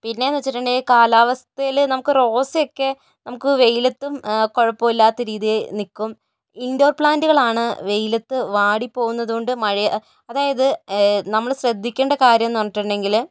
പിന്നെയെന്ന് വച്ചിട്ടുണ്ടെങ്കിൽ കാലാവസ്ഥയിൽ നമുക്ക് റോസയൊക്കെ നമുക്ക് വെയിലത്തും കുഴപ്പമില്ലാത്ത രീതിയില് നിൽക്കും ഇന്ഡോര് പ്ലാന്റുകളാണ് വെയിലത്ത് വാടി പോകുന്നതുകൊണ്ട് മഴയെ അതായത് നമ്മൾ ശ്രദ്ധിക്കേണ്ട കാര്യം എന്ന് പറഞ്ഞിട്ടുണ്ടെങ്കിൽ